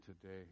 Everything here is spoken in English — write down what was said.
today